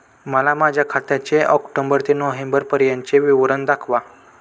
मला माझ्या खात्याचे ऑक्टोबर ते नोव्हेंबर पर्यंतचे विवरण दाखवा